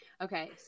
Okay